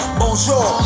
bonjour